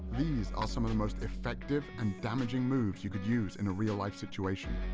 these are some of the most effective and damaging moves you could use in a real life situation.